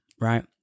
right